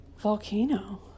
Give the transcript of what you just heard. volcano